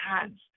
hands